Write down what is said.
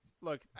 look